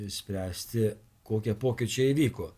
spręsti kokie pokyčiai įvyko